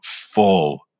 full